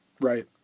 Right